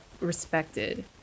respected